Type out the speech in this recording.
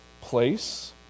place